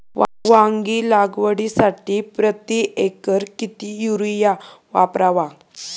वांगी लागवडीसाठी प्रति एकर किती युरिया वापरावा?